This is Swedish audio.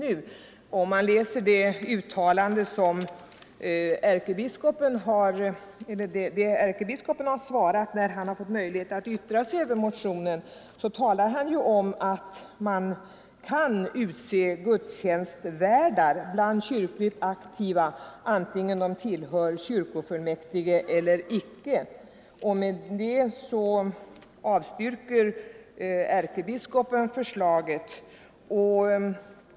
RR Om man läser ärkebiskopens yttrande över motionen finner man att Politiskt partis man kan utse gudstjänstvärdar bland kyrkligt aktiva antingen de tillhör ägarintressen i kyrkofullmäktige eller icke, och därmed avstyrker ärkebiskopen förslaget.